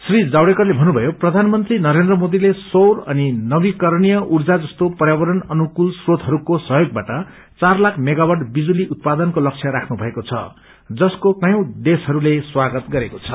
श्री जावड़ेकरले भन्नुम्ज्ञो प्रधानमंत्री नरेन्द्र मोदीले सौर अनि नवीकरणीय ऊर्जा जस्तो पयावरण अनुकूल स्रोतहरूको सहयोबबाट चार लाख मेबावट बिजुली उत्पादनको लक्ष्य राख्नु भएको छ जसको कयौं देशहरूले स्वागत गरेको छ